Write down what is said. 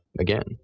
again,